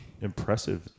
impressive